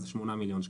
זה 8 מיליון שקלים.